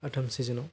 आथाम सिजोनाव